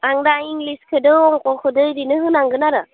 आं दा इंलिसखौजों अंक'खौनो बिदिनो होनांगोन आरो